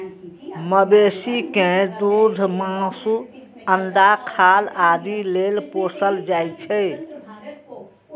मवेशी कें दूध, मासु, अंडा, खाल आदि लेल पोसल जाइ छै